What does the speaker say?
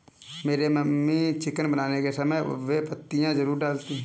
मेरी mummy chicken बनाने के समय बे पत्तियां जरूर डालती हैं